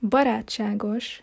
Barátságos